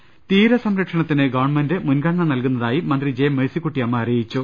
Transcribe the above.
ദർവ്വട്ടങ തീരസംരക്ഷണത്തിന് ഗവൺമെന്റ് മുൻഗണന നൽകുന്നതായി മന്ത്രി ജെ മേഴ്സിക്കുട്ടിയമ്മ പറഞ്ഞു